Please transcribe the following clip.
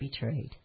betrayed